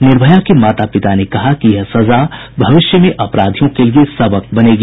निर्भया के माता पिता ने कहा कि यह सजा भविष्य में अपराधियों के लिए सबक बनेगी